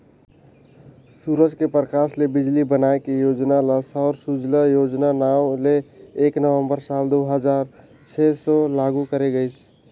सूरज के परकास ले बिजली बनाए के योजना ल सौर सूजला योजना नांव ले एक नवंबर साल दू हजार छै से लागू करे गईस